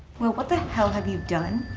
will, what the hell have you done?